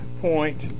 point